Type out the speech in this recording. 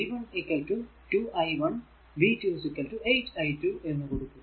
ഇനി ഈ ഇക്വേഷൻ 2 ൽ v 1 2 i1 v 2 8 i2 എന്ന് കൊടുക്കുക